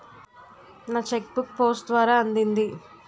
నా cheque book post ద్వారా అందింది